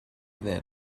then